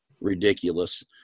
ridiculous